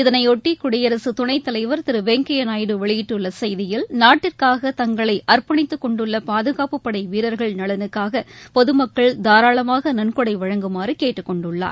இதனையொட்டி துணைத்தலைவர் திருவெங்கய்யாநாயுடு குடியரசுத் வெளியிட்டுள்ளசெய்தியில் நாட்டிற்காக தங்களைஅர்ப்பணித்துக்கொண்டுள்ளபாதுகாப்புப்படைவீரர்கள் நலனுக்காகபொதுமக்கள் தாராளமாகநன்கொடைவழங்குமாறுகேட்டுக்கொண்டுள்ளார்